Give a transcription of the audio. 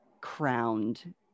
crowned